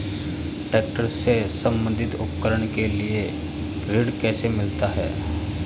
Tractor से संबंधित उपकरण के लिए ऋण कैसे मिलता है?